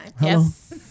Yes